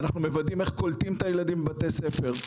ואנחנו מוודאים איך קולטים את הילדים בבתי הספר.